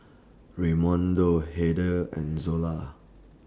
Raymundo Hertha and Zola